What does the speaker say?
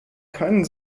keinen